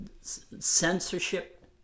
censorship